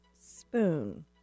Spoon